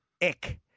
Eck